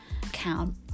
count